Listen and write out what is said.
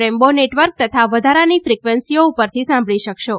rainbow network તથા વધારાની ફિકવન્સીઓ પરથી સાંભળી શકાશો